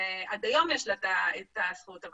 עד היום יש לה את הזכות להחליט,